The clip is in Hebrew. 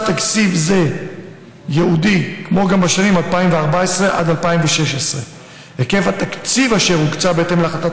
תקציב ייעודי לשנים 2014 2016. היקף התקציב אשר הוקצה בהתאם להחלטת